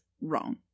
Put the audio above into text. wrong